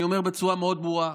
אני אומר בצורה מאוד ברורה: